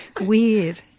Weird